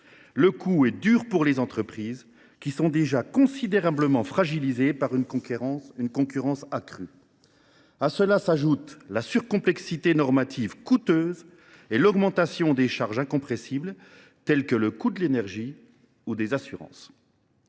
le coup est dur pour les entreprises, qui sont déjà considérablement fragilisées par une concurrence accrue. À cela s’ajoutent le coût de la surcomplexité normative et l’augmentation des charges incompressibles, telles que le prix de l’énergie ou des assurances.